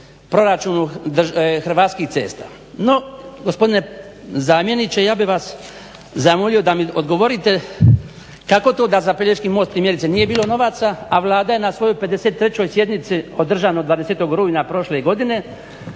proračunu Hrvatskih cesta. No gospodine zamjeniče, ja bih vas zamolio da mi odgovorite kako to da za Pelješki most primjerice nije bilo novaca, a Vlada je na svojoj 53. sjednici održanoj 20. rujna prošle godine